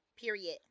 Period